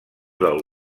del